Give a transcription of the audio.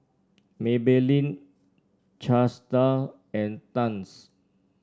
Maybelline Chesdale and Tangs